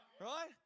right